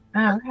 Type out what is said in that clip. Okay